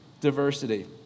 diversity